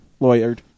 Lawyered